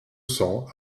cents